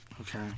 Okay